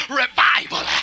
revival